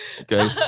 Okay